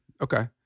Okay